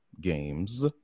games